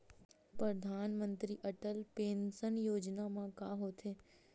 परधानमंतरी अटल पेंशन योजना मा का होथे?